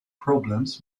problems